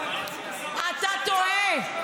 אתה טועה.